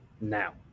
now